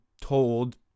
told